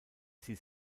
sie